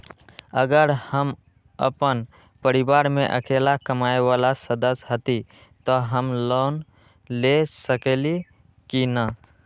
अगर हम अपन परिवार में अकेला कमाये वाला सदस्य हती त हम लोन ले सकेली की न?